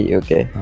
okay